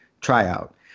tryout